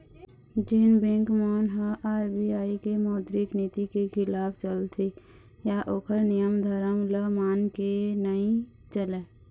जेन बेंक मन ह आर.बी.आई के मौद्रिक नीति के खिलाफ चलथे या ओखर नियम धरम ल मान के नइ चलय